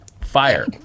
Fire